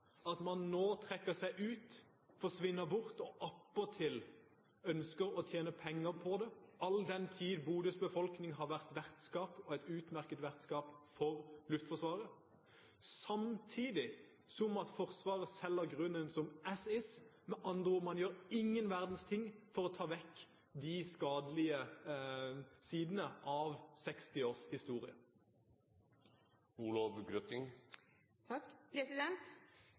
at man nå trekker seg ut, forsvinner bort og attpåtil ønsker å tjene penger på det, all den tid Bodøs befolkning har vært vertskap – og et utmerket vertskap – for Luftforsvaret? Samtidig selger Forsvaret grunnen som «as is». Man gjør med andre ord ingen verdens ting for å ta vekk de skadelige sidene av 60 års historie.